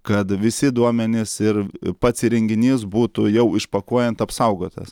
kad visi duomenys ir pats įrenginys būtų jau išpakuojant apsaugotas